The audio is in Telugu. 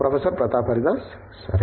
ప్రొఫెసర్ ప్రతాప్ హరిదాస్ సరే